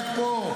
רק פה.